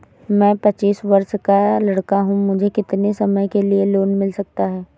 मैं पच्चीस वर्ष का लड़का हूँ मुझे कितनी समय के लिए लोन मिल सकता है?